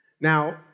Now